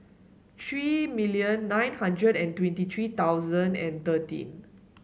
three million nine hundred and twenty three thousand and thirteen